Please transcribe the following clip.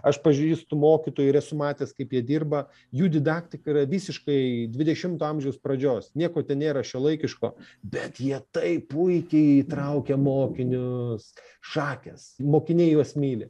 aš pažįstu mokytojų ir esu matęs kaip jie dirba jų didaktika yra visiškai dvidešimto amžiaus pradžios nieko ten nėra šiuolaikiško bet jie taip puikiai įtraukia mokinius šakės mokiniai juos myli